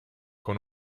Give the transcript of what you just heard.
con